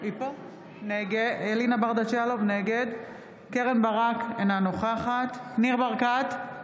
נגד קרן ברק, אינה נוכחת ניר ברקת,